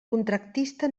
contractista